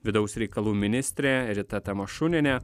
vidaus reikalų ministrė rita tamašunienė